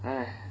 !hais!